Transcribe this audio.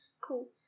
Cool